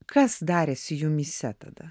kas darėsi jumyse tada